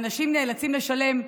ואנשים נאלצים לשלם,